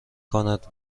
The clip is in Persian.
کند